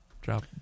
Drop